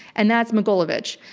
and that's mogilevich.